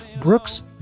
Brooks